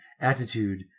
attitude